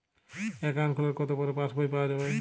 Account খোলার কতো পরে পাস বই পাওয়া য়ায়?